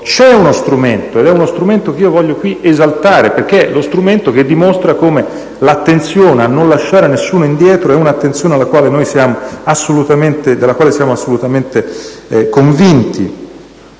c'è uno strumento, ed è uno strumento che io voglio esaltare perché dimostra che l'attenzione a non lasciare nessuno indietro è un atteggiamento di cui noi siamo assolutamente convinti.